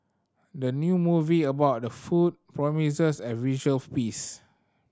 the new movie about food promises a visual feast